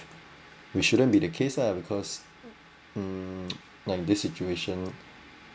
which shouldn't be the case lah because mm like this situation